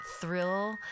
thrill